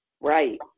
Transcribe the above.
Right